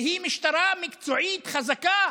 והיא משטרה מקצועית וחזקה